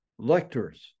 lectors